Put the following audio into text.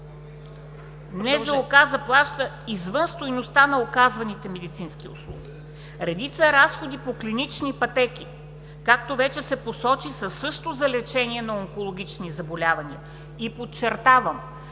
„…НЗОК заплаща извън стойността на оказваните медицински услуги. Редица разходи по клинични пътеки, както вече се посочи, са също за лечение на онкологични заболявания. Подчертавам,